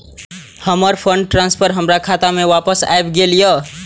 हमर fund transfer हमर खाता में वापस आब गेल या